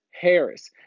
Harris